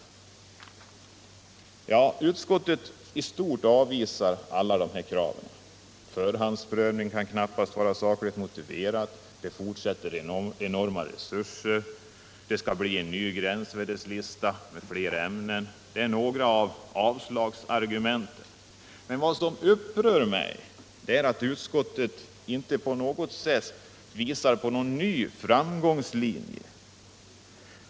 Utskottet avvisar i stort sett alla dessa krav. En förhandsprövning kan Nr 28 knappast vara sakligt motiverad, det skulle förutsätta enorma resurser, det skall bli en ny gränsvärdeslista med fler ämnen — detta är några av avslagsargumenten. Men vad som verkligen upprör mig är att utskottet inte kan visa på några nämnvärda framsteg.